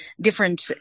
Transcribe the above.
different